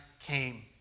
came